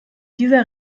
dieser